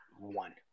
one